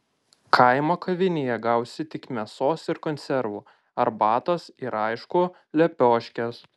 kaimo kavinėje gausi tik mėsos ir konservų arbatos ir aišku lepioškės